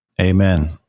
Amen